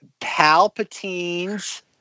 Palpatine's